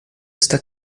está